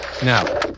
Now